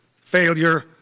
failure